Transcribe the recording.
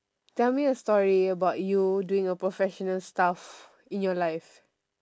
tell me a story about you doing a professional stuff in your life